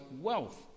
wealth